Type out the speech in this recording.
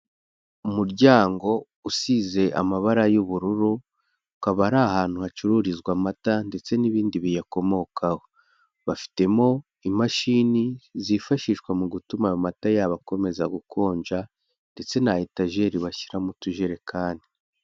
Umuryango usize amabara y'ubururu akaba ari ahantu hacururizwa amata ndetse n'ibindi biyakomokaho; bafitemo imashini zifashishwa mu gutuma ayo mata yabo akomeza gukonja ndetse na etajeri bashyiramo utujerekani.